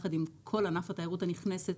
ביחד עם כל ענף התיירות הנכנסת,